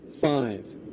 Five